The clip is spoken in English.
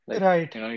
Right